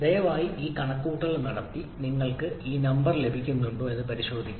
ദയവായി ഈ കണക്കുകൂട്ടൽ നടത്തി നിങ്ങൾക്ക് ഈ നമ്പർ ലഭിക്കുന്നുണ്ടോയെന്ന് പരിശോധിക്കുക